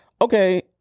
okay